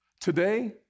Today